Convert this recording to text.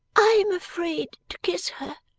i am afraid to kiss her,